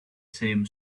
same